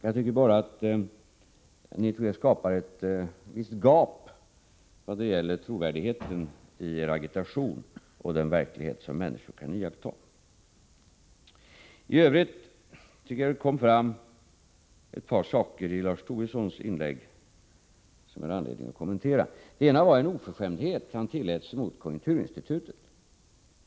Jag tycker bara att ni riskerar att skapa ett visst gap i fråga om trovärdigheten i er argumentation när det gäller den verklighet som människor kan iaktta. I övrigt kom det fram ett par saker i Lars Tobissons inlägg som jag har anledning att kommentera. Den ena var en oförskämdhet han tillät sig mot konjunkturinstitutet.